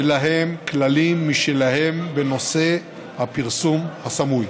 ולהם יש כללים משלהם בנושא הפרסום הסמוי.